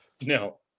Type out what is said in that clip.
No